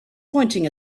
pointing